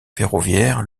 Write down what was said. ferroviaire